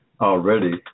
already